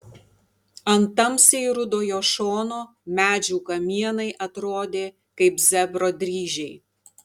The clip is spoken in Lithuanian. ant tamsiai rudo jo šono medžių kamienai atrodė kaip zebro dryžiai